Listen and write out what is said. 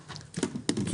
בוקר טוב,